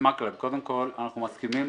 אנחנו מסכימים